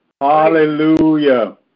Hallelujah